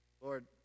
Lord